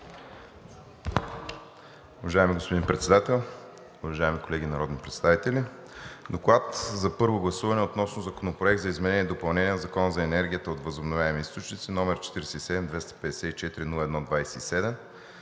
Уважаеми господин Председател, уважаеми колеги народни представители! „ДОКЛАД за първо гласуване относно Законопроект за изменение и допълнение на Закона за енергията от възобновяеми източници, № 47-254-01-27,